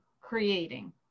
creating